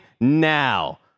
now